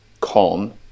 calm